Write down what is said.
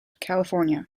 california